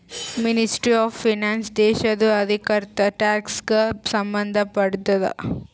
ministry of finance ದೇಶದು ಆರ್ಥಿಕತೆ, tax ಗ ಸಂಭಂದ್ ಪಡ್ತುದ